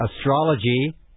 astrology